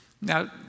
now